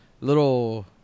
little